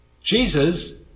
Jesus